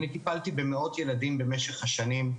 אני טיפלתי במאות ילדים במשך השנים,